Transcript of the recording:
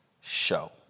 show